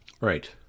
Right